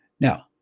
Now